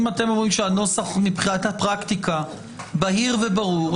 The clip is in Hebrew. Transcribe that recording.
אם אתם אומרים שהנוסח מבחינת הפרקטיקה בהיר וברור,